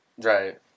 Right